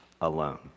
alone